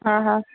हा हा